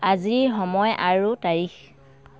আজি সময় আৰু তাৰিখ